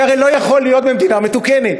זה הרי לא יכול להיות במדינה מתוקנת.